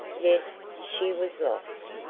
yes, she was lost!